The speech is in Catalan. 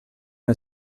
amb